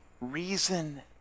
reason